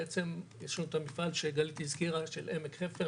בעצם יש לנו את המפעל שגלית הזכירה של עמק חפר,